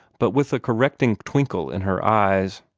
but with a correcting twinkle in her eyes.